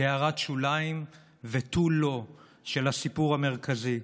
כהערת שוליים ותו לא של הסיפור המרכזי.